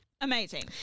Amazing